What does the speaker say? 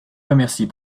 remercie